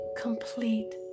complete